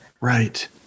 Right